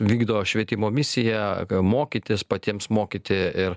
vykdo švietimo misiją mokytis patiems mokyti ir